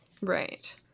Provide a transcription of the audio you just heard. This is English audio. Right